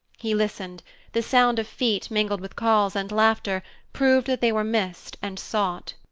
he listened the sound of feet mingled with calls and laughter proved that they were missed and sought.